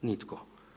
Nitko.